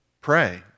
pray